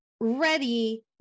ready